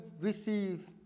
receive